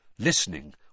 Listening